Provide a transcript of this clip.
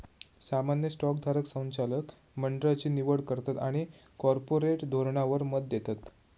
सामान्य स्टॉक धारक संचालक मंडळची निवड करतत आणि कॉर्पोरेट धोरणावर मत देतत